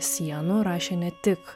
sienų rašė ne tik